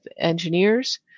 engineers